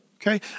okay